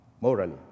morally